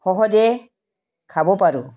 সহজে খাব পাৰোঁ